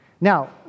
Now